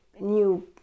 new